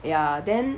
ya then